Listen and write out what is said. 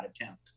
attempt